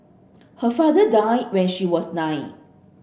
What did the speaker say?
her father died when she was nine